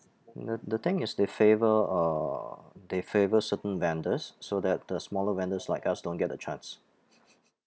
n~ the thing is they favour uh they favour certain vendors so that the smaller vendors like us don't get the chance